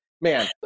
man